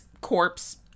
corpse